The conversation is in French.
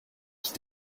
qui